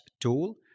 tool